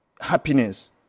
happiness